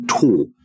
tool